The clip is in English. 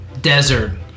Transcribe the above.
desert